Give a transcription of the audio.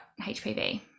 hpv